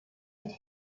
could